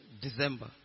December